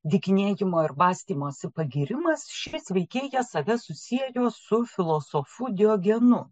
dykinėjimo ir bastymosi pagyrimas šis veikėjas save susiejo su filosofu diogenu